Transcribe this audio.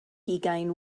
hugain